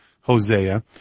Hosea